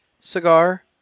cigar